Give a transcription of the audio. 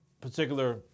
particular